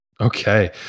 Okay